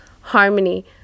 harmony